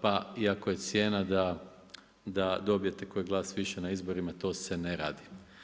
pa iako je cijena da dobijete koji glas više na izborima, to se ne radi.